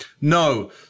No